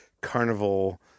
Carnival